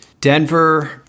Denver